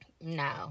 No